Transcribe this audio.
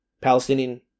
Palestinian